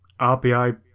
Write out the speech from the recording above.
RBI